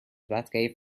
batcave